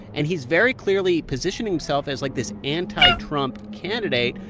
and he's very clearly positioning himself as, like, this anti-trump candidate,